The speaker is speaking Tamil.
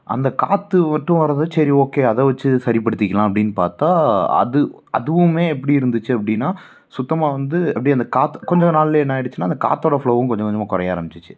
அந்த காற்று மட்டும் வரது சரி ஓகே அதை வச்சு சரி படுத்திக்கலாம் அப்படின்னு பார்த்தா அது அதுவுமே எப்படி இருந்துச்சு அப்படின்னா சுத்தமாக வந்து அப்படியே அந்த காத்து கொஞ்ச நாளிலயே என்ன ஆகிடுச்சுனா அந்த காற்றோட ஃப்ளோவும் கொஞ்சம் கொஞ்சமாக குறைய ஆரமிச்சிச்சு